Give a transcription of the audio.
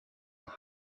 will